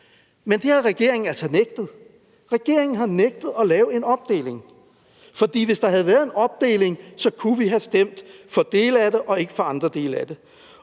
Men det har regeringen altså nægtet. Regeringen har nægtet at lave en opdeling. For hvis der havde været en opdeling, kunne vi have stemt for nogle dele af det og ikke for andre dele af det.